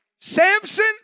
Samson